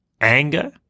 anger